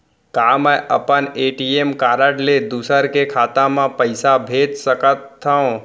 का मैं अपन ए.टी.एम कारड ले दूसर के खाता म पइसा भेज सकथव?